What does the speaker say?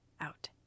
out